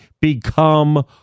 become